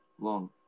long